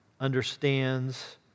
understands